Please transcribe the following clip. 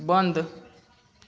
बन्द